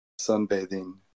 sunbathing